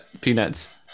peanuts